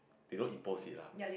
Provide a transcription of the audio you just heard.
we don't impose it lah